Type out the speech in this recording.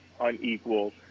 unequal